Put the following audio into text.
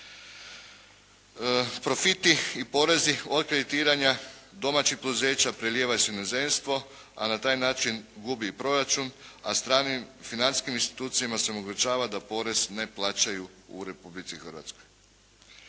Profiti i porezi od kreditiranja domaćih poduzeća prelijevaju se u inozemstvo, a na taj način gubi i proračun, a stranim financijskim institucijama se omogućava da porez ne plaćaju u Republici Hrvatskoj.